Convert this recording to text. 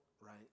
right